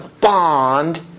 bond